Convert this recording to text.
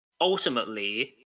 ultimately